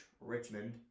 Richmond